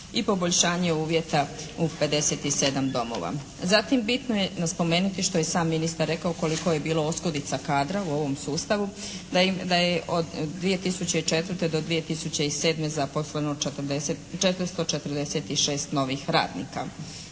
i poboljšanje uvjeta 57 domova. Zatim bitno je spomenuti što je i sam ministar rekao koliko je bilo oskudica kadra u ovom sustavu. Da je od 2004. do 2007. zaposleno 446 novih radnika,